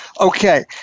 Okay